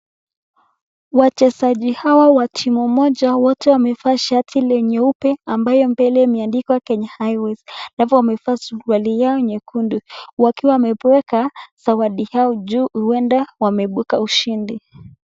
Wachezaji hawa wa timu moja wote wamevaa shati la nyeupe ambayo mbele limeandikwa Kenya highways alafu wamevaa suruali yao nyekundu wakiwa wameweka zawadi yao juu huenda wameibuka ushindi.